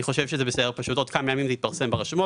זה יתפרסם עוד כמה ימים ברשומות,